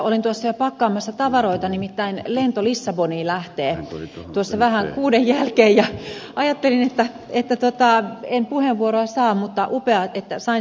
olin tuossa jo pakkaamassa tavaroita nimittäin lento lissaboniin lähtee tuossa vähän kuuden jälkeen ja ajattelin että en puheenvuoroa saa mutta upeaa että sain sen tässä nyt käyttää